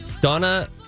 Donna